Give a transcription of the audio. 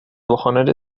wochenende